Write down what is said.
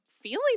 feeling